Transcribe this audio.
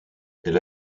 elle